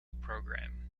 program